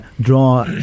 draw